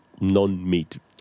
non-meat